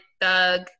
thug